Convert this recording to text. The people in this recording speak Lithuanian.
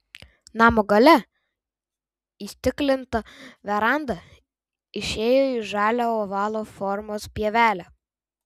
namo gale įstiklinta veranda išėjo į žalią ovalo formos pievelę